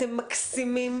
אתם מקסימים.